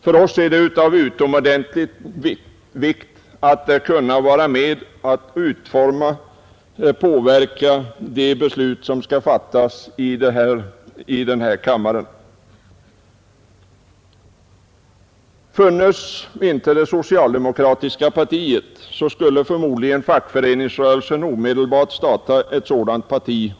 För oss är det av utomordentligt stor betydelse att kunna vara med om att utforma och påverka de beslut som skall fattas i denna kammare. Funnes inte det socialdemokratiska partiet skulle fackföreningsrörelsen förmodligen omedelbart starta ett sådant parti.